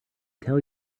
tell